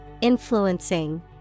influencing